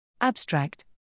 Abstract